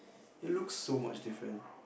it looks so much different